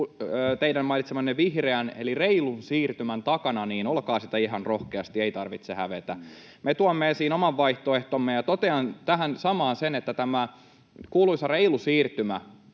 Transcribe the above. teidän mainitsemanne vihreän eli reilun siirtymän takana, niin olkaa sitä ihan rohkeasti. Ei tarvitse hävetä. Me tuomme esiin oman vaihtoehtomme, ja totean tähän samaan, että tämä kuuluisa reilu siirtymä,